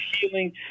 healing